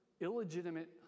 illegitimate